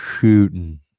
Shooting